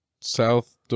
south